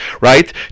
right